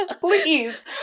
Please